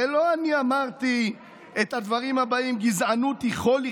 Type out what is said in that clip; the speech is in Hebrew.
הרי לא אני אמרתי את הדברים הבאים: גזענות היא חולי